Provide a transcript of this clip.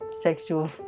sexual